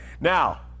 Now